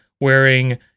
wearing